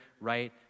right